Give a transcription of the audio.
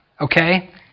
Okay